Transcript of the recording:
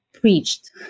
preached